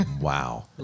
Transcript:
wow